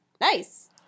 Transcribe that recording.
Nice